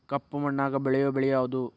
ಕಪ್ಪು ಮಣ್ಣಾಗ ಬೆಳೆಯೋ ಬೆಳಿ ಯಾವುದು?